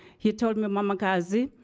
he told me, mama nkazi,